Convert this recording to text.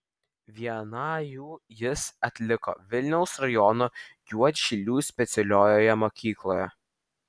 vieną jų jis atliko vilniaus rajono juodšilių specialiojoje mokykloje